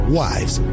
wives